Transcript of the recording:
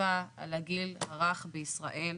מקיפה על הגיל הרך בישראל.